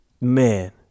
Man